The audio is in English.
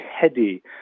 heady